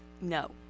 No